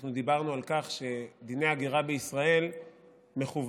אנחנו דיברנו על כך שדיני ההגירה בישראל מכוונים